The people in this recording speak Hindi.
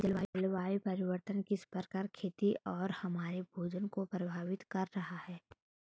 जलवायु परिवर्तन किस प्रकार खेतों और हमारे भोजन को प्रभावित कर रहा है?